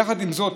יחד עם זאת,